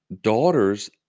daughters